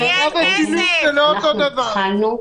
התחלנו,